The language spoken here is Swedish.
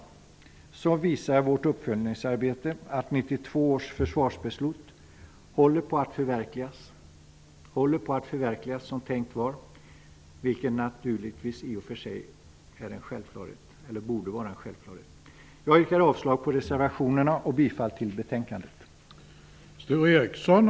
I stort visar vårt uppföljningsarbete att 1992 års försvarsbeslut håller på att förverkligas som det var tänkt. Det borde i och för sig vara en självklarhet. Jag yrkar avslag på reservationerna och bifall till hemställan i betänkandet.